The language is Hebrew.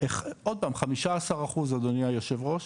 עוד פעם 15% אדוני היו"ר,